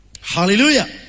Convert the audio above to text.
Hallelujah